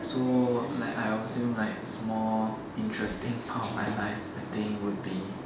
so like I assume like small interesting part of my life I think would be